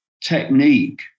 technique